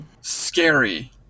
Scary